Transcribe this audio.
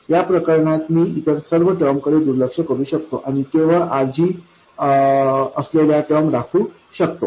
या प्रकरणात मी इतर सर्व टर्मकडे दुर्लक्ष करू शकतो आणि केवळ RG असलेल्या टर्म राखू शकतो